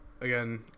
again